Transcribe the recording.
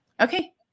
Okay